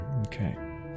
Okay